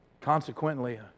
Consequently